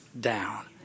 down